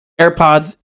AirPods